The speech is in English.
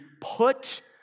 put